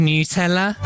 Nutella